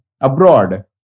abroad